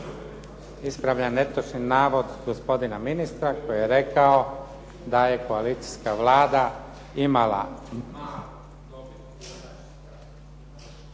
Ispravljam netočan navod gospodina ministra, koji je rekao da je koalicijska Vlada imala